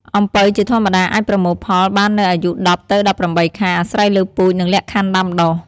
អំពៅជាធម្មតាអាចប្រមូលផលបាននៅអាយុ ១០ ទៅ ១៨ ខែ អាស្រ័យលើពូជ និងលក្ខខណ្ឌដាំដុះ។